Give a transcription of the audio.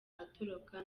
atoroka